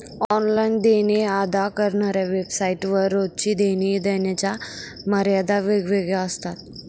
online देणे अदा करणाऱ्या वेबसाइट वर रोजची देणी देण्याच्या मर्यादा वेगवेगळ्या असतात